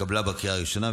התשפ"ג 2023,